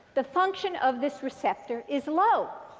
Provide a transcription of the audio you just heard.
the function of this receptor is low.